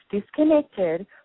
disconnected